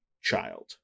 child